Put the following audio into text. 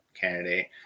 candidate